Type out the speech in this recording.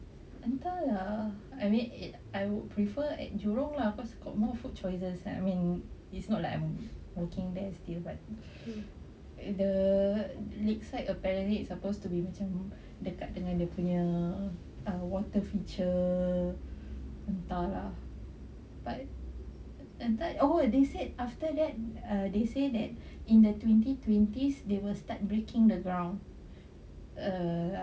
entah lah ya I mean I would prefer at jurong lah cause you got more food choices I mean it's not like I'm working there still but the lakeside apparently it's supposed to be macam dekat dengan water feature entah lah but oh they said after that err they say that in the twenty twenties they will start breaking the ground err ya